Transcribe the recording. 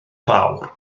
fawr